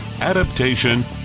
adaptation